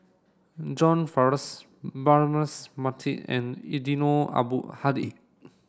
John Braema Mathi and Eddino Abdul Hadi